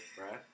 right